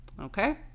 Okay